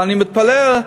ואני מתפלא,